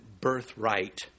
birthright